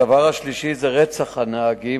הדבר השלישי זה רצח נהגים,